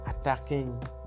attacking